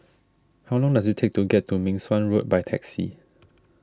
how long does it take to get to Meng Suan Road by taxi